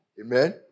Amen